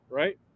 right